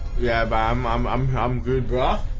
yeah bomb um um um good bra